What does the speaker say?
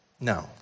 No